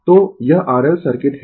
तो यह R L circuit है